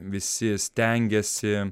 visi stengiasi